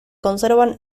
conservan